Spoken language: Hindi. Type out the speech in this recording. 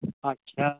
अच्छा